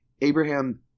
Abraham